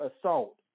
assault